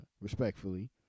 respectfully